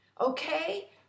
Okay